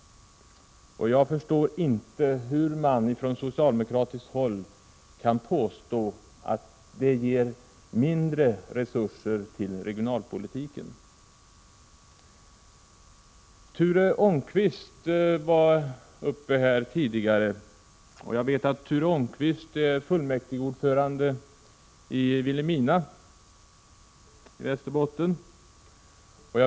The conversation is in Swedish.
Jag förstår inte hur man ifrån socialdemokratiskt håll kan påstå att det ger mindre resurser till regionalpolitiken. Ture Ångqvist var uppe i debatten tidigare i dag. Jag vet att Ture Ångqvist är fullmäktigeordförande i Vilhelmina i Västerbotten.